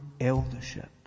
eldership